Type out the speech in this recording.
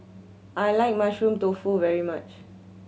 I like Mushroom Tofu very much